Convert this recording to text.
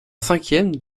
cinquième